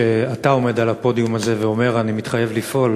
כשאתה עומד על הפודיום הזה ואומר: אני מתחייב לפעול,